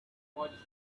watched